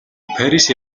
парис